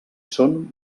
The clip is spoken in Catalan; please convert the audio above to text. són